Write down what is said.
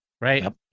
right